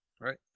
Right